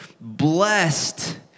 blessed